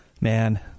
man